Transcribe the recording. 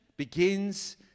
Begins